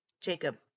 Jacob